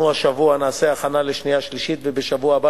אנחנו השבוע נעשה הכנה לשנייה ושלישית ובשבוע הבא